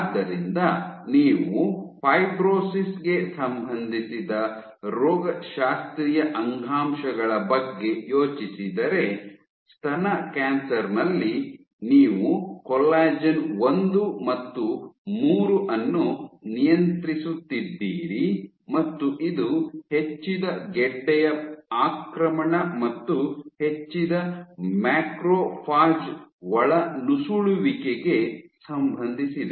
ಆದ್ದರಿಂದ ನೀವು ಫೈಬ್ರೋಸಿಸ್ ಗೆ ಸಂಬಂಧಿಸಿದ ರೋಗಶಾಸ್ತ್ರೀಯ ಅಂಗಾಂಶಗಳ ಬಗ್ಗೆ ಯೋಚಿಸಿದರೆ ಸ್ತನ ಕ್ಯಾನ್ಸರ್ ನಲ್ಲಿ ನೀವು ಕೊಲ್ಲಜೆನ್ ಒಂದು ಮತ್ತು ಮೂರು ಅನ್ನು ನಿಯಂತ್ರಿಸಿದ್ದೀರಿ ಮತ್ತು ಇದು ಹೆಚ್ಚಿದ ಗೆಡ್ಡೆಯ ಆಕ್ರಮಣ ಮತ್ತು ಹೆಚ್ಚಿದ ಮ್ಯಾಕ್ರೋಫೇಜ್ ಒಳನುಸುಳುವಿಕೆಗೆ ಸಂಬಂಧಿಸಿದೆ